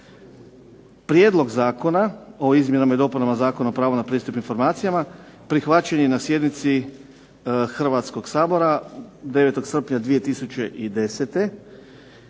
Prijedlog zakona o izmjenama i dopunama Zakona o pravu na pristup informacijama prihvaćen je na sjednici Hrvatskog sabora 9. srpnja 2010.